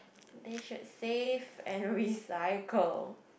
they should save and recycle